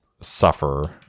suffer